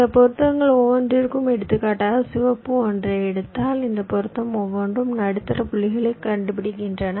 இந்த பொருத்தங்கள் ஒவ்வொன்றிற்கும் எடுத்துக்காட்டாக சிவப்பு ஒன்றை எடுத்தால் இந்த பொருத்தங்கள் ஒவ்வொன்றும் நடுத்தர புள்ளிகளைக் கண்டுபிடிக்கின்றன